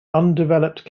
undeveloped